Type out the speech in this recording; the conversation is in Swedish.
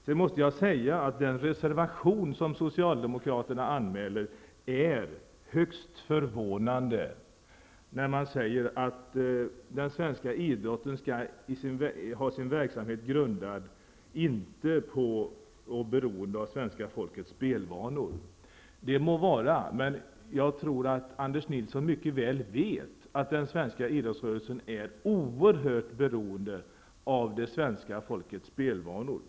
Sedan måste jag säga att den reservation som socialdemokraterna anmäler är högst förvånande. Man säger där att den svenska idrotten inte skall vara beroende av svenska folkets spelvanor. Det må vara, men jag tror att Anders Nilsson mycket väl vet att den svenska idrottsrörelsen är oerhört beroende av svenska folkets spelvanor.